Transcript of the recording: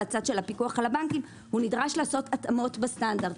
צד הפיקוח על הבנקים הוא נדרש לעשות התאמות בסטנדרט.